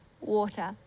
water